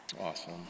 Awesome